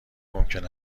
ممکن